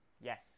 Yes